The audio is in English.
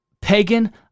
pagan